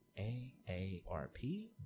AARP